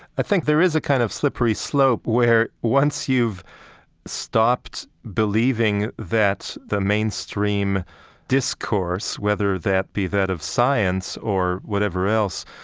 i think there is a kind of slippery slope where once you've stopped believing that the mainstream discourse, whether that be that of science science or whatever else,